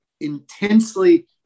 intensely